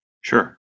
Sure